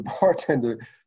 bartender